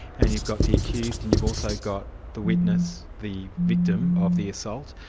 and you've got the accused, and you've also got the witness, the victim of the assault,